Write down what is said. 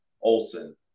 Olson